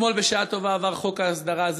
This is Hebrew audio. אתמול בשעה טובה עבר חוק ההסדרה.